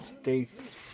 States